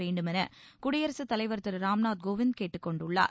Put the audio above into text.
வேண்டுமென குடியரசு தலைவர் திரு ராம்நாத் கோவிந்த் கேட்டுக் கொண்டுள்ளார்